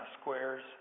squares